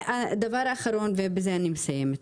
דבר אחרון ובזה אני מסיימת,